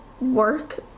work